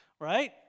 Right